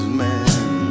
man